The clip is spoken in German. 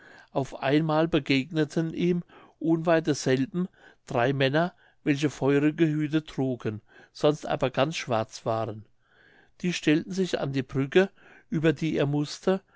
auf einmal begegneten ihm unweit desselben drei männer welche feurige hüte trugen sonst aber ganz schwarz waren die stellten sich an die brücke über die er mußte